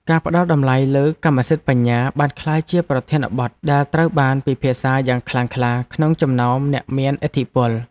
ការផ្ដល់តម្លៃលើកម្មសិទ្ធិបញ្ញាបានក្លាយជាប្រធានបទដែលត្រូវបានពិភាក្សាយ៉ាងខ្លាំងក្លាក្នុងចំណោមអ្នកមានឥទ្ធិពល។